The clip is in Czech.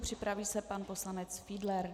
Připraví se pan poslanec Fiedler.